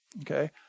okay